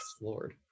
Lord